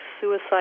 suicide